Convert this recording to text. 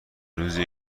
روزیه